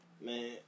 Man